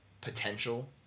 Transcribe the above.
potential